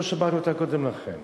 לא שמענו אותה קודם לכן.